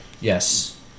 Yes